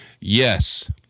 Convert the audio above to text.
Yes